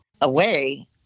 away